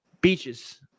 beaches